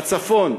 בצפון,